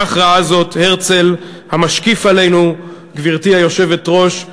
כך ראה זאת הרצל, המשקיף עלינו, גברתי היושבת-ראש.